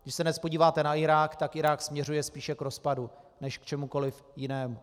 Když se dnes podíváte na Irák, tak Irák směřuje spíše k rozpadu než k čemukoliv jinému.